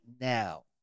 now